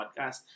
podcast